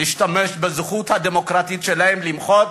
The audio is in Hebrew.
להשתמש בזכות הדמוקרטית שלהם למחות